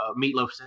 meatloaf